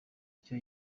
icyo